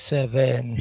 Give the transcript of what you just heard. Seven